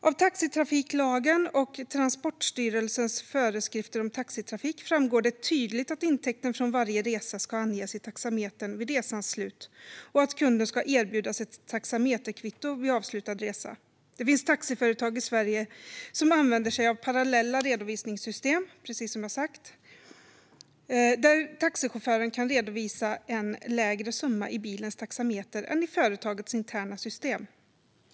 Av taxitrafiklagen och Transportstyrelsens föreskrifter om taxitrafik framgår det tydligt att intäkter från varje resa ska anges i taxametern vid resans slut och att kunden ska erbjudas ett taxameterkvitto vid avslutad resa. Det finns taxiföretag i Sverige som använder sig av parallella redovisningssystem där taxichauffören kan redovisa en lägre summa i bilens taxameter än i företagets interna system.